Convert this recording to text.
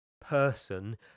person